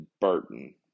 Burton